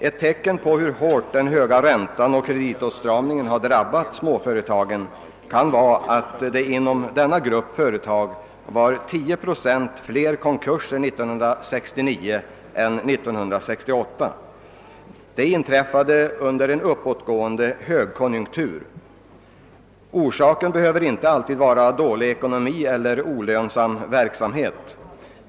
Ett tecken på hur hårt den höga räntan och kreditåtstramningen har drabbat småföretagen kan vara att det inom denna grupp företag var 10 procent fler konkurser 1969 än 1968. Detta inträffade under en uppåtgående högkonjunktur. Orsaken behöver inte alltid vara dålig ekonomi eller olönsam verksamhet.